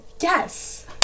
Yes